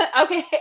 okay